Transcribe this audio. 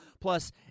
Plus